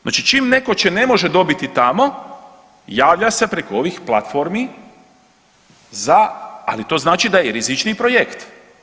Znači čim netko će ne može dobiti tamo, javlja se preko ovih platformi za, ali to znači da je i rizičniji projekt.